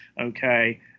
okay